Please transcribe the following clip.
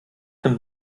nimmt